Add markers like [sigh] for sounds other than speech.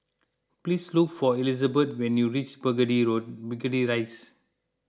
please look for Elisabeth when you reach Burgundy [unintelligible] Burhundy Rise